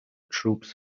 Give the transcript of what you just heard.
troops